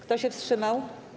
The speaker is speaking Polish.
Kto się wstrzymał?